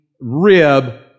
rib